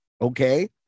Okay